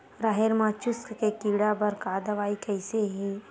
राहेर म चुस्क के कीड़ा बर का दवाई कइसे ही?